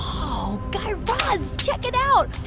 whoa. guy raz, check it out.